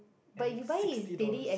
and it's sixty dollars